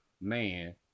man